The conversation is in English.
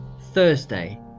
Thursday